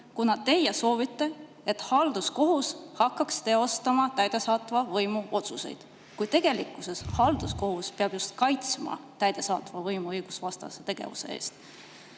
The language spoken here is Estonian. kuna teie soovite, et halduskohus hakkaks teostama täidesaatva võimu otsuseid, kuigi tegelikkuses peab halduskohus just kaitsma täidesaatva võimu õigusvastase tegevuse eest.